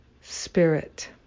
spirit